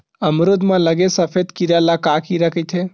अमरूद म लगे सफेद कीरा ल का कीरा कइथे?